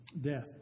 death